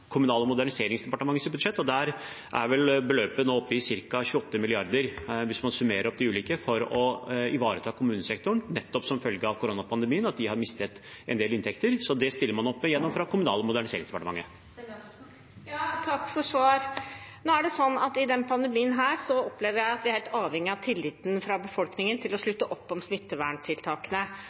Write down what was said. Kommunal- og moderniseringsdepartementets budsjett. Der er vel beløpet nå oppe i ca. 28 mrd. kr, hvis man summerer opp de ulike, for å ivareta kommunesektoren, nettopp fordi de har mistet en del inntekter som følge av koronapandemien. Så det stiller man opp med fra Kommunal- og moderniseringsdepartementet. Takk for svar. I denne pandemien opplever jeg at vi er helt avhengige av tilliten fra befolkningen til å slutte opp om smitteverntiltakene.